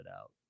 out